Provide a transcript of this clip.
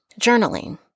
journaling